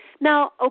Now